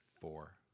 Four